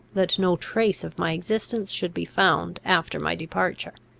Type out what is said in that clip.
that no trace of my existence should be found after my departure.